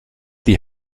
die